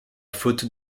faute